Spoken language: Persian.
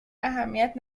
اهمیت